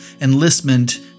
Enlistment